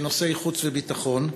לנושאי חוץ וביטחון,